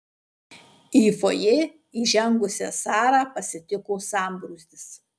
į fojė įžengusią sarą pasitiko sambrūzdis